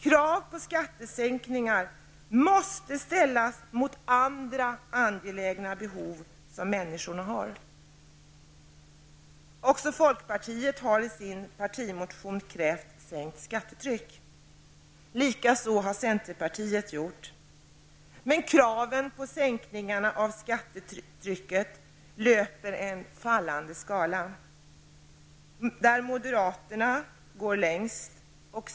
Kraven på skattesänkningar måste ses i förhållande till de andra angelägna behov som människor har. Också folkpartiet kräver i sin partimotion en sänkning av skattetrycket. Detsamma gör centerpartiet. Men kraven på en sänkning av skattetrycket följer en fallande skala. Moderaterna går längst.